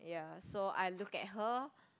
ya so I look at her